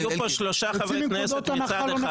היו כאן שלושה חברי כנסת מצד אחד.